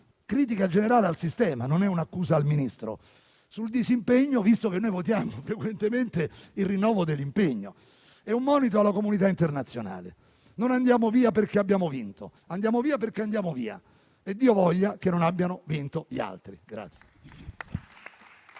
critica generale al sistema, non un'accusa al Ministro - sul disimpegno, visto che noi votiamo frequentemente il rinnovo dell'impegno. È un monito alla comunità internazionale: non andiamo via perché abbiamo vinto, ma andiamo via perché andiamo via, e Dio voglia che non abbiano vinto gli altri.